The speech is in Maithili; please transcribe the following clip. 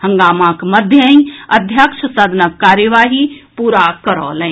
हंगामाक मध्यहि अध्यक्ष सदनक कार्यवाही पूरा करौलनि